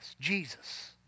Jesus